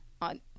on